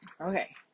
Okay